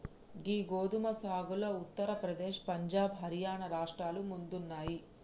గీ గోదుమ సాగులో ఉత్తర ప్రదేశ్, పంజాబ్, హర్యానా రాష్ట్రాలు ముందున్నాయి